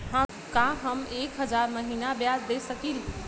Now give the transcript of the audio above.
का हम एक हज़ार महीना ब्याज दे सकील?